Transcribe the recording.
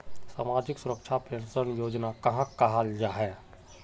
सामाजिक सुरक्षा पेंशन योजना कहाक कहाल जाहा जाहा?